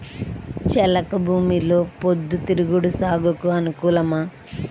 చెలక భూమిలో పొద్దు తిరుగుడు సాగుకు అనుకూలమా?